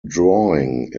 drawing